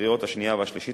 לקריאה שנייה ולקריאה שלישית,